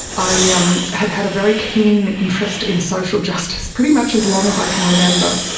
i yeah um had had a very keen interest in social justice pretty much as long as i can remember,